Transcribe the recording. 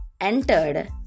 entered